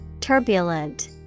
Turbulent